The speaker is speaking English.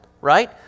right